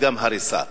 וגם הריסה.